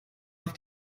auf